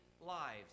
lives